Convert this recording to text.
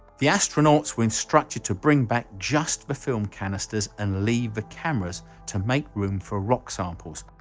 the astronauts were instructed to bring back just the film canisters and leave the cameras to make room for rock samples,